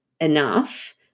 enough